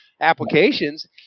applications